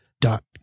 dot